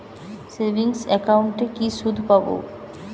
Savings একাউন্টে কি সুদ পাব?